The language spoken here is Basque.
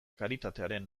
karitatearen